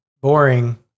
boring